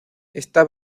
esta